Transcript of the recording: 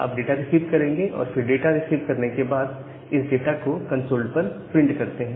आप data receive करेंगे और फिर डेटा रिसीव करने के बाद आप इस डाटा को कंसोल पर प्रिंट करते हैं